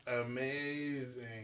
amazing